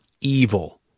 evil